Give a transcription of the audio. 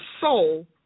soul